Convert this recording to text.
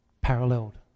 Paralleled